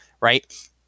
right